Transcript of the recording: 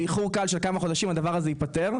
באיחור קל של כמה חודשים, הדבר הזה ייפתר.